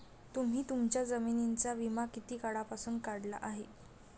तुम्ही तुमच्या जमिनींचा विमा किती काळापासून काढला आहे?